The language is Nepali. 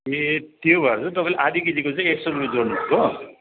ए त्यो भएर तपाईँले आधी केजीको चाहिँ एक सौ रुपियाँ जोड्नुभएको